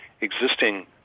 existing